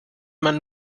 man